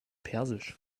persisch